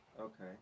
Okay